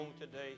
today